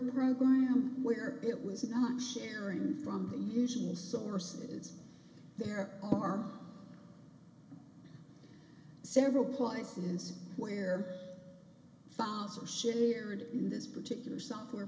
program where it was not sharing from the usual sources there are several places where father shared in this particular software